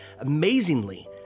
Amazingly